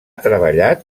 treballat